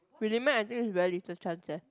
really meh I think is very little chance eh